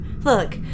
Look